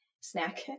snack